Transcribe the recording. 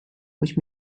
which